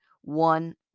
one